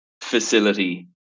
facility